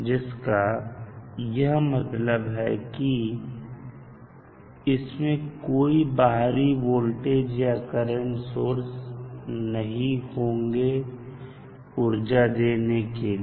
जिसका यह मतलब है कि इसमें कोई बाहरी वोल्टेज या करंट सोर्स नहीं होंगे ऊर्जा देने के लिए